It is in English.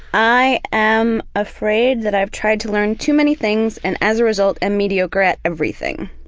i am afraid that i've tried to learn too many things and as a result am mediocre at everything.